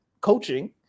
coaching